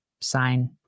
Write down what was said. sign